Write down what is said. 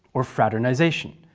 or fraternization.